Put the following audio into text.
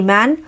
Man